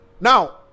Now